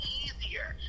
easier